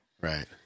Right